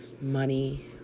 money